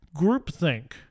groupthink